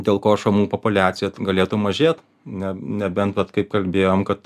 dėl ko šamų populiacija galėtų mažėt ne nebent vat kaip kalbėjom kad